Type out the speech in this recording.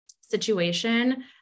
situation